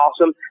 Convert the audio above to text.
awesome